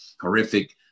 horrific